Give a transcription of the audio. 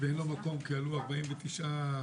ואין לו מקום כי עלו 49 חיילים.